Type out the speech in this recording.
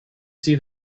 see